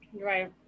Right